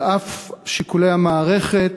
על אף שיקולי המערכת,